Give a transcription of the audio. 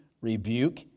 rebuke